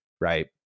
right